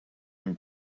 him